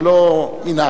זה לא מנהג,